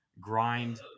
grind